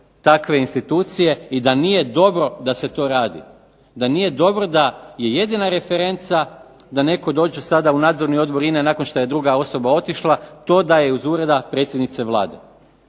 takve institucije i da nije dobro da se to radi, da nije dobro da je jedna referenca da netko dođe sada u Nadzorni odbor INA-e nakon što je druga osoba otišla to da je iz Ureda predsjednice Vlade.